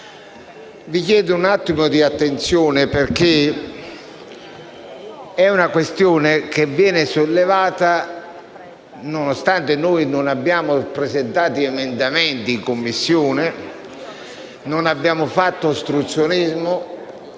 Vi chiedo un attimo di attenzione, perché è una questione che viene da noi sollevata, nonostante non abbiamo presentato emendamenti in Commissione, né abbiamo fatto ostruzionismo